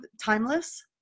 Timeless